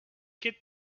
get